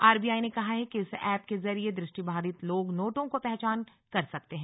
RBI ने कहा है कि इस ऐप के जरिए दृष्टिबाधित लोग नोटों को पहचान कर सकते हैं